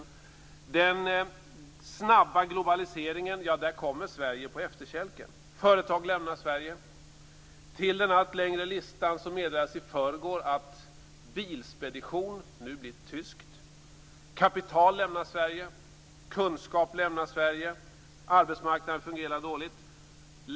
I den snabba globaliseringen kommer Sverige på efterkälken. Företag lämnar Sverige. Till den allt längre listan meddelades i förrgår att Bilspedition nu blir tyskt. Kapital lämnar Sverige. Kunskap lämnar Sverige. Arbetsmarknaden fungerar dåligt.